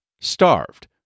Starved